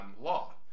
law